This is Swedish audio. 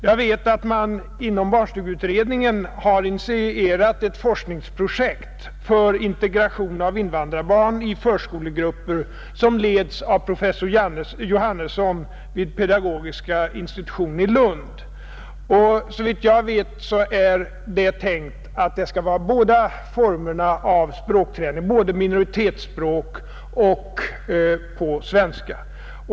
Jag vet att man inom barnstugeutredningen har initierat ett forskningsprojekt för integration av invandrarbarn i förskolegrupper. Detta projekt leds av professor Johannesson vid Pedagogiska institutionen i Lund, Såvitt jag vet är avsikten att det skall vara båda formerna av språkträning, både på minoritetsspråk och på svenska.